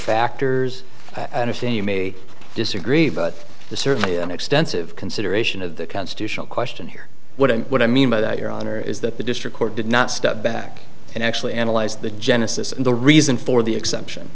factors i understand you may disagree but certainly on extensive consideration of the constitutional question here what i mean what i mean by that your honor is that the district court did not step back and actually analyze the genesis and the reason for the exception